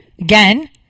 again